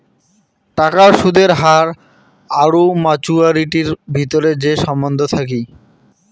টাকার সুদের হার আর মাচুয়ারিটির ভিতরে যে সম্বন্ধ থাকি